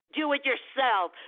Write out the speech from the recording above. do-it-yourself